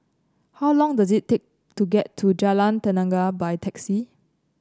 how long does it take to get to Jalan Tenaga by taxi